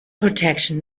protection